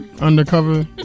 undercover